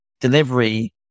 delivery